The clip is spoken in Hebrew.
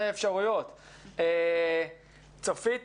אין יכולת להגיע למחשבים ואמצעי קצה,